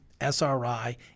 SRI